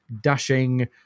dashing